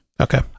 okay